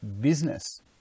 business